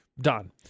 done